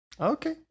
Okay